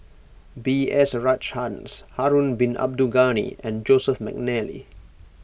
B S Rajhans Harun Bin Abdul Ghani and Joseph McNally